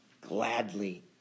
gladly